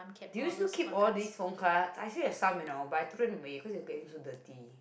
do you still keep all this phone cards I still have some you know but I threw them away cause they'll be like aiyo so dirty